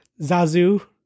Zazu